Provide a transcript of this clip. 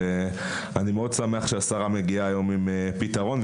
ואני מאוד שמח שהשרה מגיעה היום עם פתרון,